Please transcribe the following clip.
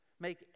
make